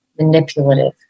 manipulative